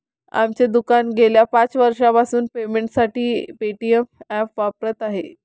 आमचे दुकान गेल्या पाच वर्षांपासून पेमेंटसाठी पेटीएम ॲप वापरत आहे